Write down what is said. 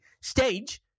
stage